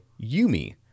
Yumi